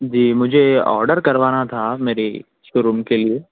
جی مجھے آڈر کروانا تھا میری شو روم کے لیے